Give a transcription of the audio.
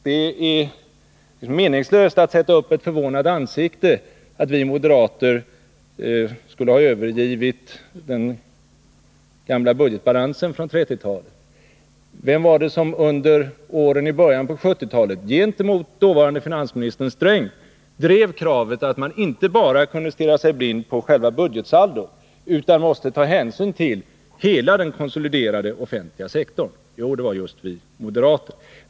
Det är meningslöst att sätta upp ett förvånat ansikte och säga att vi moderater skulle ha övergivit det gamla budgetbalanskravet från 1930-talet. Vilka var det som under åren i början av 1970-talet gentemot den dåvarande finansministern Sträng drev kravet att man inte skulle stirra sig blind på själva budgetsaldot utan att man måste ta hänsyn till den konsoliderade offentliga sektorn? Jo, det var just vi moderater.